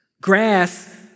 Grass